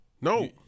No